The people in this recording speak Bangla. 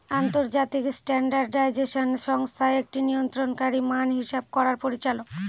আন্তর্জাতিক স্ট্যান্ডার্ডাইজেশন সংস্থা একটি নিয়ন্ত্রণকারী মান হিসাব করার পরিচালক